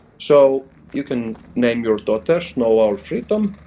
so you can name your daughter snow al freedom.